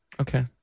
okay